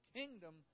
kingdom